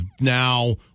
now